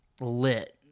lit